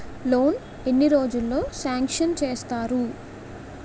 Loan ఎన్ని రోజుల్లో sanction చేస్తారు?